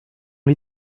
les